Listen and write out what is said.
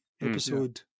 episode